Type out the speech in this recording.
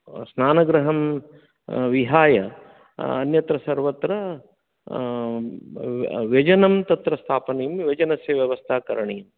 स्नानगृहं विहाय अन्यत्र सर्वत्र व्यजनं तत्र स्थापनीयं व्यजनस्य व्यवस्था करणीया